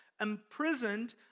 imprisoned